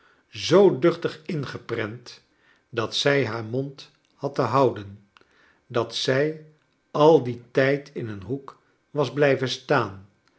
zoo duchtig ingeprent dat zij haar mond had te houden dat zij al dien tijd in een lioek was blijven staan